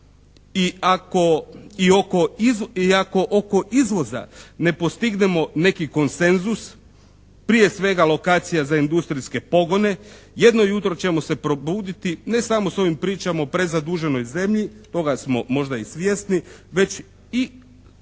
i ako oko izvoza ne postignemo neki konsenzus prije svega lokacija za industrijske pogone, jedno jutro ćemo se probuditi ne samo s ovim pričama o prezaduženoj zemlji toga smo možda i svjesni već i